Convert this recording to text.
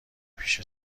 پیش